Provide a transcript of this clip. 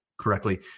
correctly